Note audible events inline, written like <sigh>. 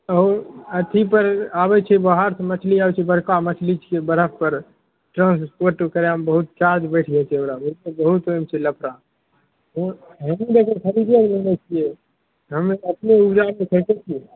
अथीपर आबै छै बाहरसे मछली आबै छै बड़का मछली छिए बरफपर ट्रान्सपोर्ट करैमे बहुत चार्ज बैठि जाए छै ओकरामे ओहिमे बहुत छै लफड़ा <unintelligible> हमे तऽ अपने <unintelligible> छिए